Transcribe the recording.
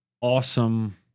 awesome